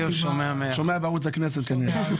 הוא שומע כנראה בערוץ הכנסת.